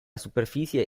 superficie